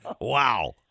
Wow